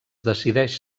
decideix